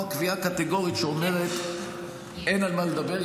קביעה קטגורית שאומרת שאין על מה לדבר.